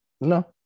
no